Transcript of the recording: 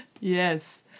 Yes